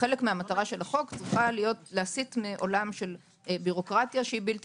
חלק ממטרת החוק אמור להסיט מעולם של בירוקרטיה שבלתי